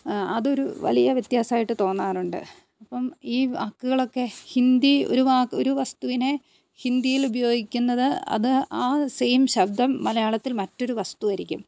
അതൊരു വലിയ വ്യത്യാസമായിട്ട് തോന്നാറുണ്ട് അപ്പം ഈ വാക്കുകളൊക്കെ ഹിന്ദി ഒരു വാക്ക് ഒരു വസ്തുവിനെ ഹിന്ദിയിൽ ഉപയോഗിക്കുന്നത് അത് ആ സെയിം ശബ്ദം മലയാളത്തിൽ മറ്റൊരു വസ്തുവായിരിക്കും